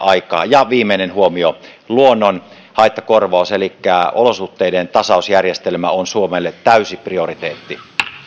aikaan ja viimeinen huomio luonnonhaittakorvaus elikkä olosuhteiden tasausjärjestelmä on suomelle täysi prioriteetti